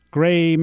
Gray